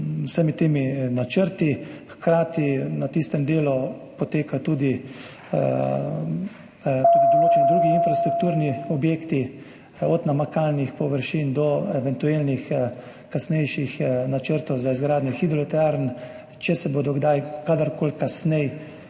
vsemi temi načrti. Hkrati na tistem delu potekajo tudi določeni drugi infrastrukturni objekti, od namakalnih površin do eventualnih kasnejših načrtov za izgradnjo hidroelektrarn. Če se bodo kdaj, kadarkoli kasneje,